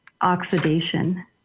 oxidation